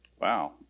Wow